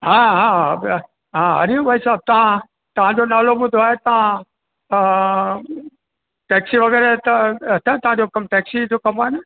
हा हा हा हा हरिओम भाई साहब तव्हां तव्हां जो नालो ॿुधो आहे तव्हां टैक्सी वग़ैरह हितां तव्हां जो कमु टैक्सीअ जो कमु आहे न